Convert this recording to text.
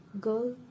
Girl